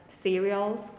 cereals